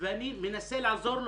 ואני מנסה לעזור לו.